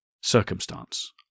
circumstance